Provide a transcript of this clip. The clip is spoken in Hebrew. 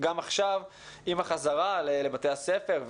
גם עכשיו עם החזרה לבתי הספר,